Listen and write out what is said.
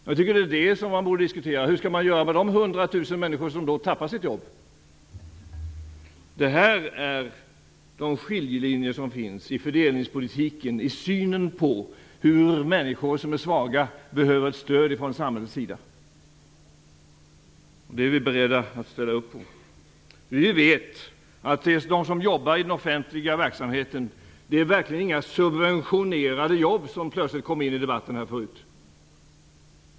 Jag tycker att det man borde diskutera är hur man skall göra med de 100 000 människor som då blir av med sitt jobb. Det här är de skiljelinjer som finns i fördelningspolitiken, i synen på hur människor som är svaga skall få det stöd de behöver från samhällets sida. Det är vi beredda att ställa upp på. Vi vet att jobben i den offentliga verksamheten verkligen inte är några subventionerade jobb som plötsligt kom in i debatten.